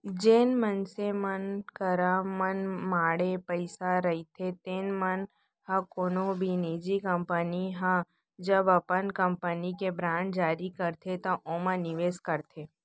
जेन मनसे मन करा मनमाड़े पइसा रहिथे तेन मन ह कोनो भी निजी कंपनी ह जब अपन कंपनी के बांड जारी करथे त ओमा निवेस करथे